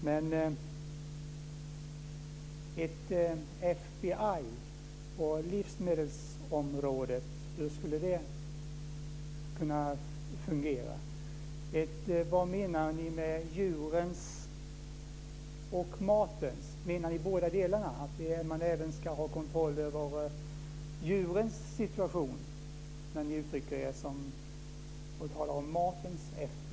Men hur skulle ett FBI på livsmedelsområdet kunna fungera? Vad menar ni med djuren och maten? Menar ni båda delarna - att man även ska ha kontroll över djurens situation när ni talar om matens FBI?